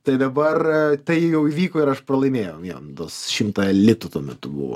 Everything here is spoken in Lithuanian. tai dabar tai jau įvyko ir aš pralaimėjau jam tuos šimtą litų tuo metu buvo